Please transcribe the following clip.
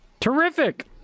Terrific